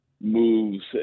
moves